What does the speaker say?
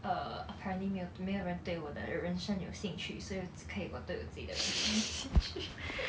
uh apparently 没有没有人对我的人生有兴趣所以只可以我对都自己的人生有兴趣